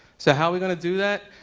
so how are we gonna do that?